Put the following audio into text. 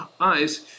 eyes